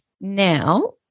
Now